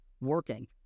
working